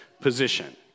position